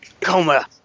Coma